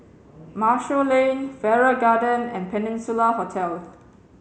Marshall Lane Farrer Garden and Peninsula Hotel